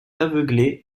aveuglé